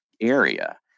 area